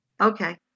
okay